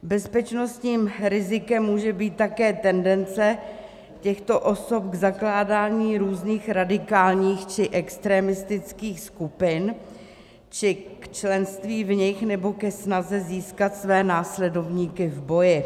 Bezpečnostním rizikem může být také tendence těchto osob k zakládání různých radikálních či extremistických skupin či k členství v nich nebo ke snaze získat své následovníky v boji.